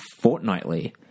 fortnightly